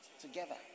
together